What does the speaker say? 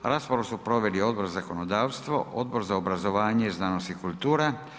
Raspravu su proveli Odbor za zakonodavstvo, Odbor za obrazovanje, znanost i kulturu.